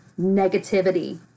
negativity